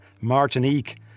Martinique